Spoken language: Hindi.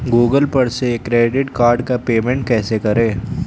गूगल पर से क्रेडिट कार्ड का पेमेंट कैसे करें?